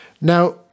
Now